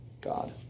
God